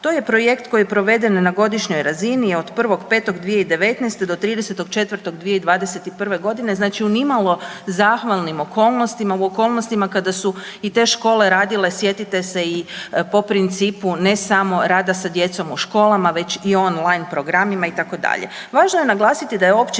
To je projekt koji je proveden na godišnjoj razini od 1.5.2019. do 30.4.2021.g. znači u nimalo zahvalnim okolnostima u okolnostima kada su i te škole radile, sjetite se i po principu ne samo rada sa djecom u školama već i online programima itd.